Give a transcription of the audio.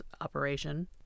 operation